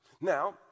Now